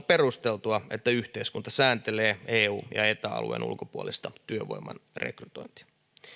perusteltua että yhteiskunta sääntelee eu ja eta alueen ulkopuolista työvoiman rekrytointia